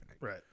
Right